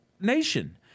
nation